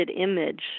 image